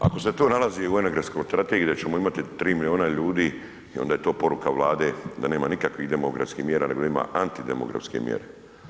Ako se to nalazi u energetskoj strategiji da ćemo imati 3 milijuna ljudi, onda je to poruka Vlade da nema nikakvih demografskih mjera, nego ima antidemografske mjere.